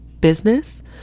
business